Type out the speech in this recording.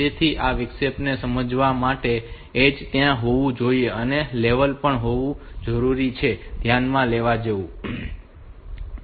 તેથી આ વિક્ષેપને સમજવા માટે ઍજ ત્યાં હોવું જોઈએ અને લેવલ પણ હોવું જોઈએ તેને પણ ધ્યાનમાં લેવું જોઈએ